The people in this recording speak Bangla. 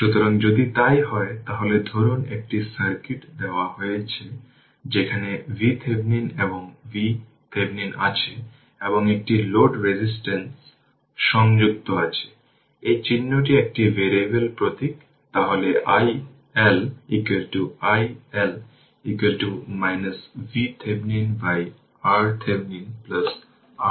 সুতরাং যদি তাই হয় তাহলে ধরুন একটি সার্কিট দেওয়া হয়েছে যেখানে VThevenin এবং VThevenin আছে এবং একটি লোড রেজিস্ট্যান্স সংযুক্ত আছে এই চিহ্নটি একটি ভ্যারিয়েবেল প্রতীক তাহলে iL iL VThevenin by RThevenin RL